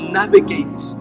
navigate